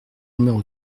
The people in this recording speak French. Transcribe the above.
numéro